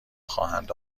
خواهند